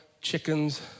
chickens